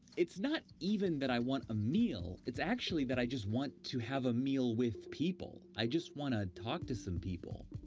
it's not even that i want a meal. it's actually that i just want to have a meal with people. i just want to talk to some people.